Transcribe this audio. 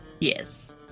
Yes